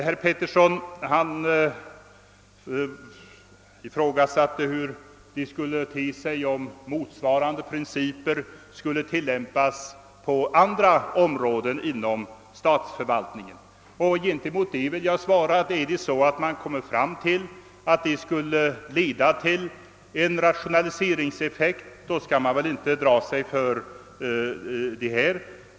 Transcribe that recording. Herr Petersson undrade hur det skulle se ut om motsvarande principer skulle tillämpas på andra områden inom statsförvaltningen. Till det vill jag säga att är det så att man finner att det skulle ge en rationaliseringseffekt så skall man väl inte dra sig för att tillämpa dessa principer även där.